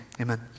amen